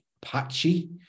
patchy